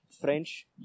French